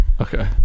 Okay